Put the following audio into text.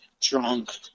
Drunk